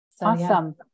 Awesome